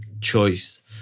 choice